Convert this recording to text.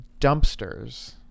Dumpsters